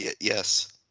Yes